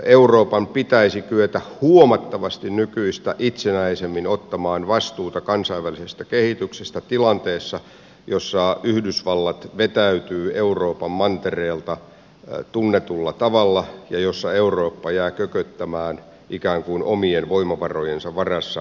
euroopan pitäisi kyetä huomattavasti nykyistä itsenäisemmin ottamaan vastuuta kansainvälisestä kehityksestä tilanteessa jossa yhdysvallat vetäytyy euroopan mantereelta tunnetulla tavalla ja jossa eurooppa jää kököttämään ikään kuin omien voimavarojensa varassa vanhalle mantereelle